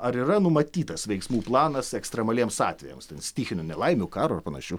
ar yra numatytas veiksmų planas ekstremaliems atvejams stichinių nelaimių karo ar panašių